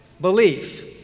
belief